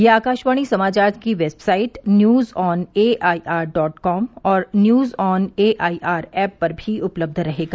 यह आकाशवाणी समाचार की website news on A I R dot com और news on A I R app पर भी उपलब्ध रहेगा